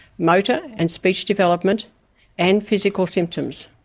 motor and speech development and physical symptoms.